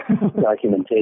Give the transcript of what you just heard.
documentation